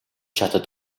чаддаг